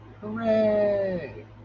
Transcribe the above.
Hooray